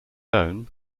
own